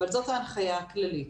אבל זאת ההנחיה הכללית.